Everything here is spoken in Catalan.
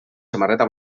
samarreta